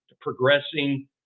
progressing